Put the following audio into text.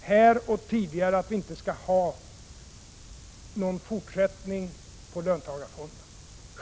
här och tidigare, att vi inte skall ha någon fortsättning på löntagarfonderna.